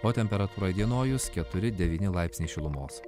o temperatūra įdienojus keturi devyni laipsniai šilumos